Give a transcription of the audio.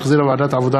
שהחזירה ועדת העבודה,